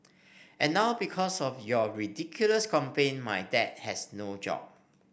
and now because of your ridiculous complaint my dad has no job